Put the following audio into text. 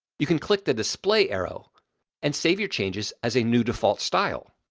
you can click the display arrow and save your changes as a new default style.